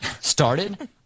started